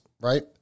right